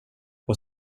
och